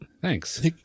thanks